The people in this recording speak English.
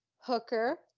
Hooker